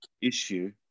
issue